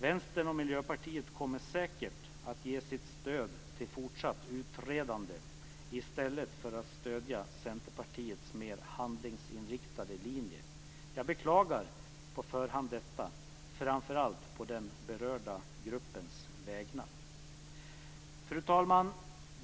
Vänstern och Miljöpartiet kommer säkert att ge sitt stöd till fortsatt utredande i stället för att stödja Centerpartiets mer handlingsinriktade linje. Jag beklagar på förhand detta - framför allt på den berörda gruppens vägnar. Fru talman!